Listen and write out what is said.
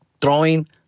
throwing